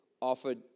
offered